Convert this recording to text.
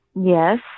Yes